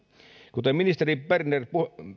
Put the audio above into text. kuten ministeri berner